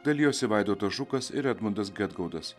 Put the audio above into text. dalijosi vaidotas žukas ir edmundas gedgaudas